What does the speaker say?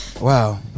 wow